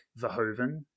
Verhoeven